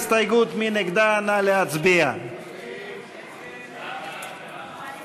בעד, 12. הנה, 11 לפחות הקשיבו לך.